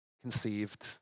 conceived